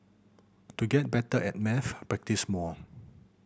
to get better at maths practise more